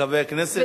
חבר הכנסת,